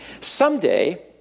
Someday